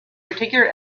particular